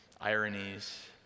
ironies